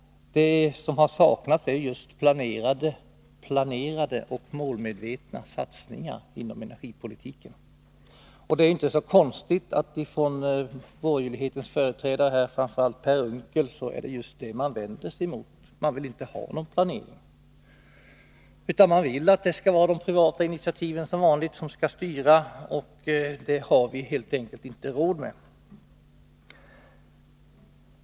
Det som har saknats är just planerade och målmedvetna satsningar inom energipolitiken. Det är inte så konstigt att borgerlighetens företrädare här, framför allt Per Unckel, vänder sig just emot det. Man vill inte ha någon planering, utan man vill — som vanligt — att de privata initiativen skall styra. Men det har vi helt enkelt inte råd med.